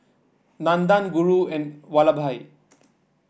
Nandan Guru and Vallabhbhai